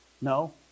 No